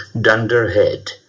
dunderhead